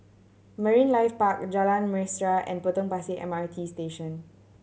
Marine Life Park Jalan Mesra and Potong Pasir M R T Station